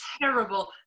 terrible